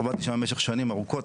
עבדתי שם במשך שנים ארוכות.